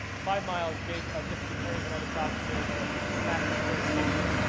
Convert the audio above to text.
five miles gave ah district attorneys and other prosecutors the the maximum jurisdiction,